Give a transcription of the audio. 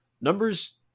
numbers